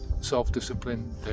self-discipline